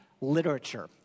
literature